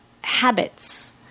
habits